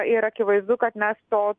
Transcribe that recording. ir akivaizdu kad mes to